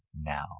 now